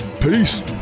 Peace